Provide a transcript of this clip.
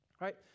Right